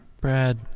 Brad